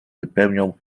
wypełniał